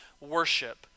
worship